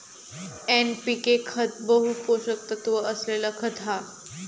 NPK खत बहु पोषक तत्त्व असलेला खत हा